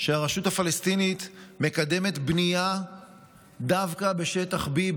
שהרשות הפלסטינית מקדמת בנייה דווקא בשטח B,